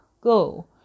go